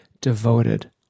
devoted